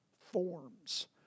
forms